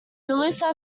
loose